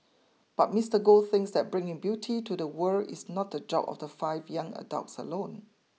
but Mister Goh thinks that bringing beauty to the world is not the job of the five young adults alone